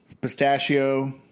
pistachio